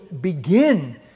begin